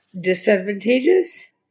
disadvantageous